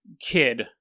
kid